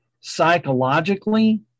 psychologically